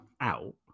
out